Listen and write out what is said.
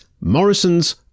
Morrison's